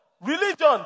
Religion